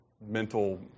mental